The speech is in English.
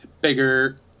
Bigger